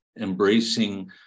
embracing